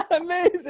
amazing